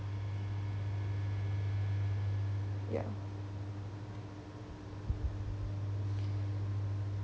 ya